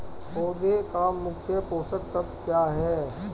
पौधे का मुख्य पोषक तत्व क्या हैं?